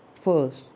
first